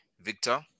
Victor